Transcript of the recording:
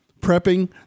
prepping